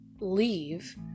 leave